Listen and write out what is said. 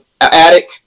attic